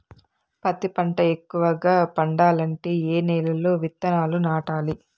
పత్తి పంట ఎక్కువగా పండాలంటే ఏ నెల లో విత్తనాలు నాటాలి?